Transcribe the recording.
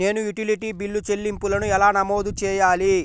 నేను utility bill చెల్లింపులను ఎలా నమోదు చేయాలి?